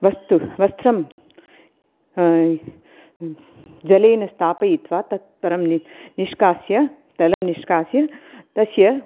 वस्तुः वस्त्रं जलेन स्थापयित्वा ततःपरं नि निष्कास्य तलं निष्कास्य तस्य